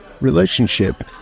relationship